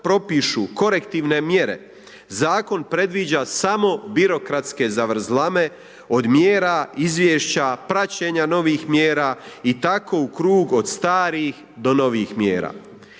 propišu korektivne mjere, zakon predviđa samo birokratske zavrzlame od mjera, izvješća, praćenja novih mjera i tako u krug od starih do novih mjera.